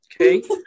Okay